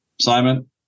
Simon